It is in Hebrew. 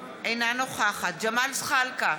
אינה נוכחת ג'מאל זחאלקה,